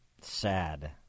sad